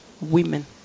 women